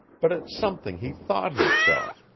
but at something he thought he saw,